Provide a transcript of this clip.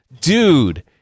dude